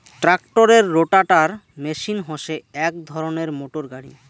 ট্রাক্টরের rotator machine হসে এক ধরণের মোটর গাড়ি